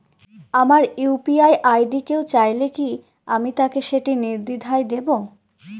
আমার UPI ID কেউ চাইলে কি আমি তাকে সেটি নির্দ্বিধায় দেব?